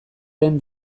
den